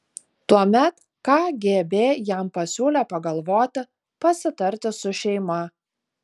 tuomet kgb jam pasiūlė pagalvoti pasitarti su šeima